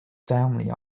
family